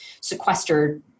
sequestered